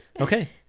Okay